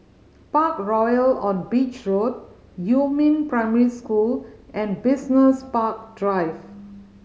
Parkroyal on Beach Road Yumin Primary School and Business Park Drive